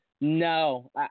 No